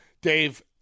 Dave